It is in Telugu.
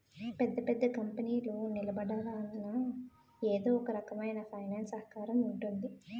పెద్ద పెద్ద కంపెనీలు నిలబడాలన్నా ఎదో ఒకరకమైన ఫైనాన్స్ సహకారం ఉంటుంది